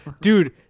dude